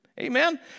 Amen